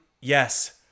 yes